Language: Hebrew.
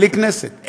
בלי כנסת,